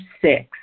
six